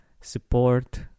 support